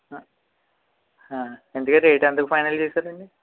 ఇంతకీ రేట్ ఎంతకు ఫైనల్ చేశారండి